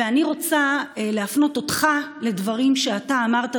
ואני רוצה להפנות אותך לדברים שאתה אמרת,